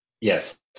Yes